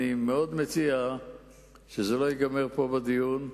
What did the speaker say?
אני מציע שזה לא ייגמר בדיון פה,